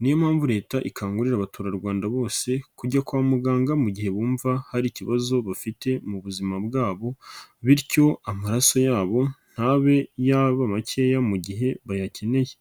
niyo mpamvu leta ikangurira abaturarwanda bose kujya kwa muganga, mu gihe bumva hari ikibazo bafite mu buzima bwabo bityo amaraso yabo, ntabe yaba makeya mu gihe bayakeneye.